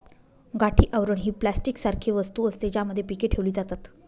गाठी आवरण ही प्लास्टिक सारखी वस्तू असते, ज्यामध्ये पीके ठेवली जातात